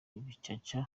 bizaca